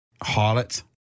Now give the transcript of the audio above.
harlot